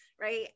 right